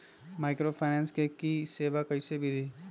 Microfinance के सेवा कइसे विधि?